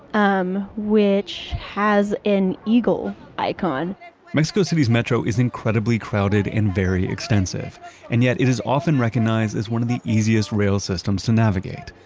um which has an eagle icon mexico city's metro is incredibly crowded and very extensive and yet it is often recognized as one of the easiest rail systems to navigate,